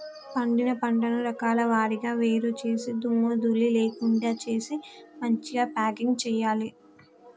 పండిన పంటను రకాల వారీగా వేరు చేసి దుమ్ము ధూళి లేకుండా చేసి మంచిగ ప్యాకింగ్ చేయాలి